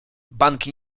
banki